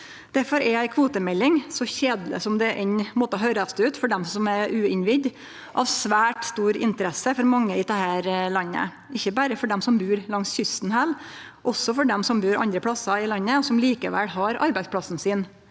Derfor er ei kvotemelding, så kjedeleg det enn måtte høyrast ut for dei uinnvigde, av svært stor interesse for mange i dette landet – ikkje berre for dei som bur langs kysten, men også for dei som bur andre plassar i landet, og som likevel har arbeidsplassen sin